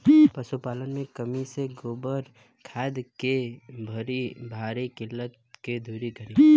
पशुपालन मे कमी से गोबर खाद के भारी किल्लत के दुरी करी?